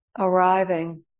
Arriving